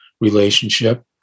relationship